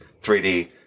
3D